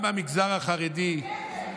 Together,